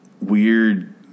weird